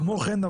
כמו כן,